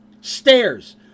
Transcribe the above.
stairs